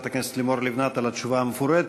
חברת הכנסת לימור לבנת על התשובה המפורטת,